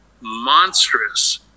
monstrous